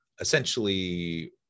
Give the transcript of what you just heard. essentially